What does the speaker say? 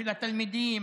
של התלמידים,